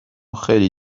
خیلی